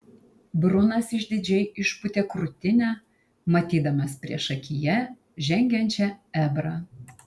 brunas išdidžiai išpūtė krūtinę matydamas priešakyje žengiančią ebrą